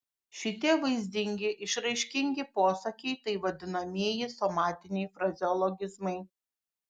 šitie vaizdingi išraiškingi posakiai tai vadinamieji somatiniai frazeologizmai